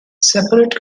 separate